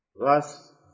Thus